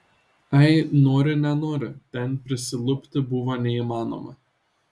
ai nori nenori ten prisilupti buvo neįmanoma